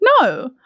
no